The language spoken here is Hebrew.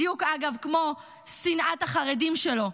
בדיוק, אגב, כמו שנאת החרדים שלו.